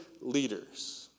leaders